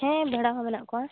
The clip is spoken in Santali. ᱦᱮᱸ ᱵᱷᱮᱲᱟ ᱦᱚᱸ ᱢᱮᱱᱟᱜ ᱠᱚᱣᱟ